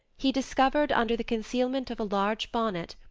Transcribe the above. he discovered, under the concealment of a large bonnet,